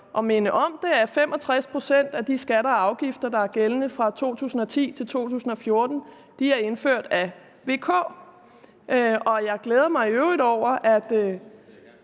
at minde om det – at 65 pct. af de skatter og afgifter, der er gældende fra 2010 til 2014, er indført af VK. Jeg glæder mig i øvrigt over, at